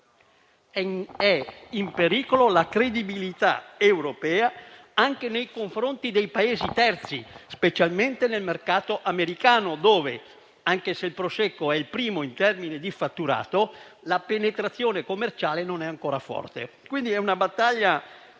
È in pericolo la credibilità europea anche nei confronti dei Paesi terzi, specialmente nel mercato americano dove, anche se il Prosecco è il primo in termini di fatturato, la penetrazione commerciale non è ancora forte. Si tratta, quindi, di una battaglia